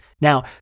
Now